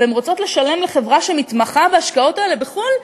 והן רוצות לשלם לחברה שמתמחה בהשקעות האלה בחו"ל,